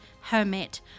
hermit